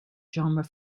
genre